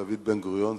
דוד בן-גוריון ז"ל,